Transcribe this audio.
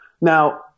Now